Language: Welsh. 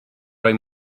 roi